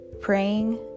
Praying